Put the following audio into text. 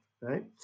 right